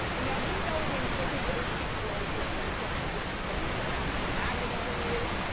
now we know him cause he's the eighteen year old who at one point was dating kourtney kardashian. now you know who he is?